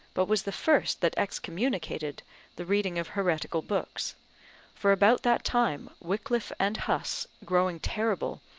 but was the first that excommunicated the reading of heretical books for about that time wickliffe and huss, growing terrible,